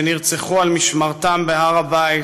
שנרצחו על משמרתם בהר הבית